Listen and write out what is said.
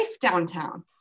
downtown